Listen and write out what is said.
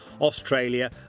Australia